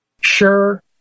sure